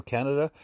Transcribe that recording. Canada